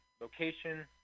location